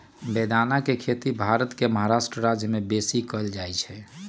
बेदाना के खेती भारत के महाराष्ट्र राज्यमें बेशी कएल जाइ छइ